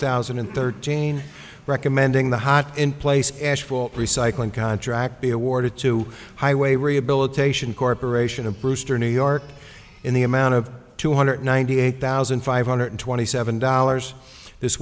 thousand and thirteen recommending the hot in place recycling contract be awarded to highway rehabilitation corporation of brewster new york in the amount of two hundred ninety eight thousand five hundred twenty seven dollars this